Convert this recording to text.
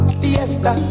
fiesta